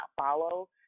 follow